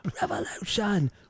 revolution